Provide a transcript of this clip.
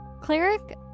cleric